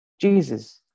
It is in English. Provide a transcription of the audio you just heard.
Jesus